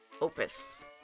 opus